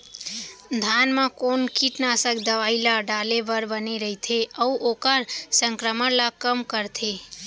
धान म कोन कीटनाशक दवई ल डाले बर बने रइथे, अऊ ओखर संक्रमण ल कम करथें?